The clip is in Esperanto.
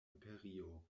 imperio